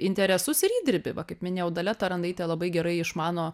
interesus ir įdirbį va kaip minėjau dalia tarandaitė labai gerai išmano